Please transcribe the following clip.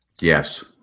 Yes